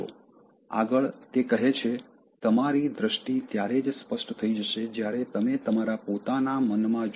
આગળ તે કહે છે "તમારી દ્રષ્ટિ ત્યારે જ સ્પષ્ટ થઈ જશે જ્યારે તમે તમારા પોતાના મન માં જોઈ શકો